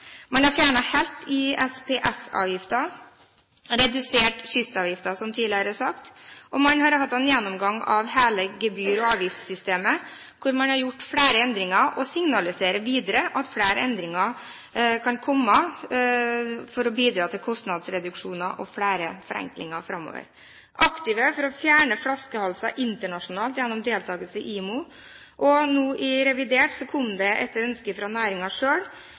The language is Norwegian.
Man har fjernet helt ISPS-avgiften, redusert kystavgiften, som nevnt tidligere, man har hatt en gjennomgang av hele gebyr- og avgiftssystemet, hvor man har gjort flere endringer, og man signaliserer videre at flere endringer kan komme som vil bidra til kostnadsreduksjoner og flere forenklinger fremover. Man er aktiv for å fjerne flaskehalser internasjonalt gjennom deltakelse i IMO. Og nå i revidert kom det et ønske fra